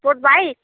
foot by